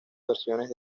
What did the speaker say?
versiones